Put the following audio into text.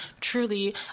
truly